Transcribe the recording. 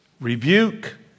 Rebuke